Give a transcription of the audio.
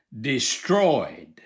destroyed